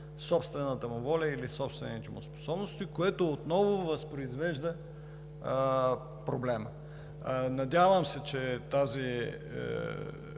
собствената му воля, или собствените му способности, което отново възпроизвежда проблема. Надявам се, че тази